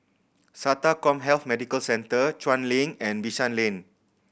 SATA CommHealth Medical Centre Chuan Link and Bishan Lane